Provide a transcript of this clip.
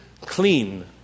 clean